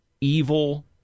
evil